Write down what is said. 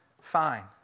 Fine